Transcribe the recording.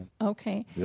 Okay